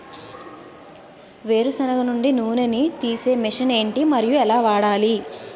వేరు సెనగ నుండి నూనె నీ తీసే మెషిన్ ఏంటి? మరియు ఎలా వాడాలి?